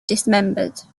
dismembered